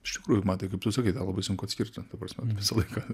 iš tikrųjų man tai kaip tu sakai tą labai sunku atskirti ta prasme visą laiką